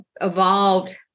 evolved